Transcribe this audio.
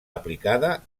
aplicada